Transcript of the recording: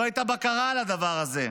לא הייתה בקרה על הדבר הזה.